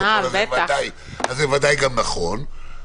זה ודאי גם נכון.